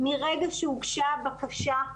מרגע שהוגשה בקשה,